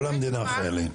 לא,